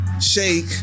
Shake